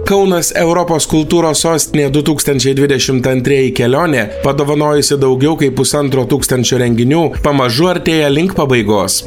kaunas europos kultūros sostinė du tūkstančiai dvidešimt antrieji kelionė padovanojusi daugiau kaip pusantro tūkstančio renginių pamažu artėja link pabaigos